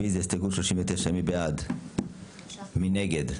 7. מי נמנע?